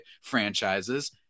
franchises